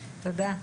תודה.